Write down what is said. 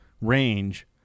range